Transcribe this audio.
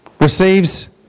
receives